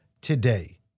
today